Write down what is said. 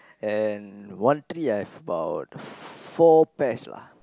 and one tree I have about four pest lah